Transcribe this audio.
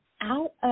out